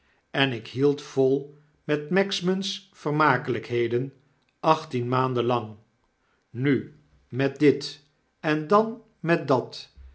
en ik hield vol met magsman's vermakelijkhedenachttien maanden lang nu met dit en dan met dat